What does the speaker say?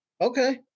Okay